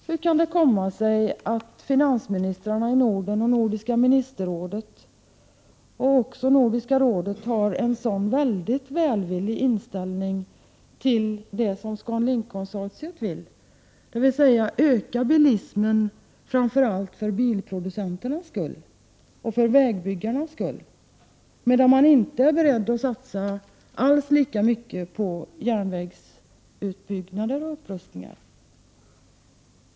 Hur kan det komma sig att finansministrarna i Norden, Nordiska ministerrådet och även Nordiska rådet har en så väldigt välvillig inställning till det som ScanLink-konsortiet vill, dvs. öka bilismen framför allt för bilproducenternas och för vägbyggarnas skull, medan man inte alls är beredd att satsa lika mycket på järnvägsutbyggnader och upprustningar?